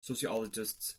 sociologists